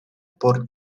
por